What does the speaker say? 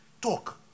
Talk